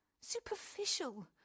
superficial